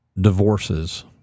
divorces